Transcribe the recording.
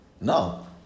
No